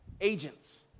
agents